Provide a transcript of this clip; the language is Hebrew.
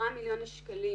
10 מיליון השקלים.